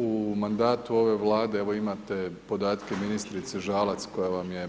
U mandatu ove vlade, evo imate podatke ministrice Žalac koja vam je